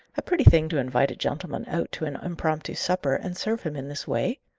a pretty thing to invite a gentleman out to an impromptu supper, and serve him in this way!